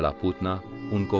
ah putna will